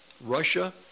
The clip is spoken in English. Russia